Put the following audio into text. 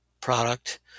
product